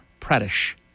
Pradesh